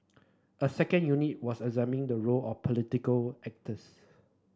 a second unit was examining the role of political actors